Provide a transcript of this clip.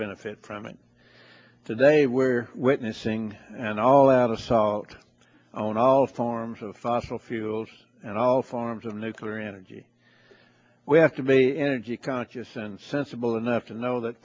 benefit from it today we're witnessing an all out assault on all forms of fossil fuels and all forms of nuclear energy we have to be energy conscious and sensible enough to know th